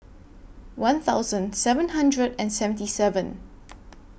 one thousand seven hundred and seventy seven